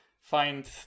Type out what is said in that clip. find